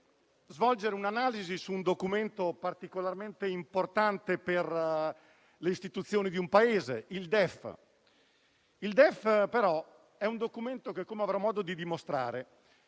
svolgere un'analisi su un documento particolarmente importante per le istituzioni di un Paese: il DEF. Quest'ultimo però è un documento che, come avrò modo di dimostrare,